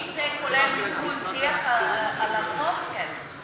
אם זה כולל דו-שיח על החוק, כן.